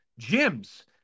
gyms